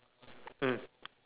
mm